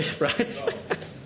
Right